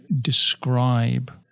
describe